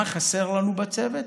מה חסר לנו בצוות?